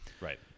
right